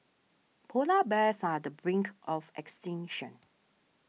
Polar Bears are the brink of extinction